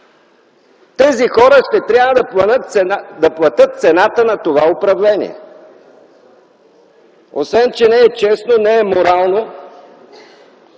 тези хора ще трябва да платят цената на това управление! Освен че не е честно, не е морално